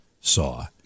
saw